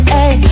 Hey